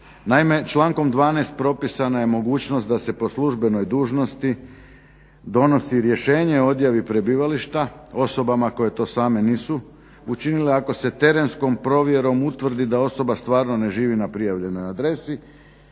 Naime člankom 12. propisana je mogućnost da se po službenoj dužnosti donosi rješenje o odjavi prebivališta osobama koje to same nisu učinile ako se terenskom provjerom utvrdi da osoba stvarno ne živi na prijavljenoj adresi